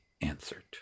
answered